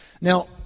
Now